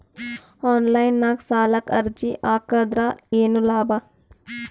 Online ನಾಗ್ ಸಾಲಕ್ ಅರ್ಜಿ ಹಾಕದ್ರ ಏನು ಲಾಭ?